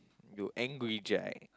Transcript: you angry jack